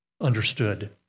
understood